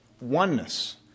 oneness